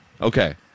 okay